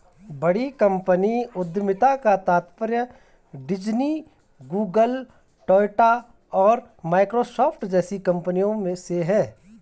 बड़ी कंपनी उद्यमिता का तात्पर्य डिज्नी, गूगल, टोयोटा और माइक्रोसॉफ्ट जैसी कंपनियों से है